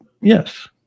Yes